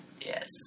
yes